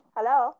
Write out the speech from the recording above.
Hello